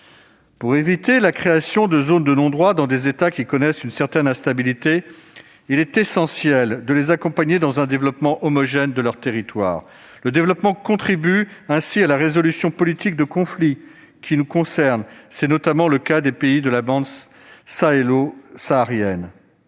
Pour éviter la création de zones de non-droit dans des États qui connaissent une certaine instabilité, il est essentiel de les accompagner dans un développement homogène de leur territoire. Le développement contribue ainsi à la résolution politique de conflits qui nous concernent. C'est notamment le cas des pays de la bande sahélo-saharienne.